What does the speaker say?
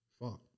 Fuck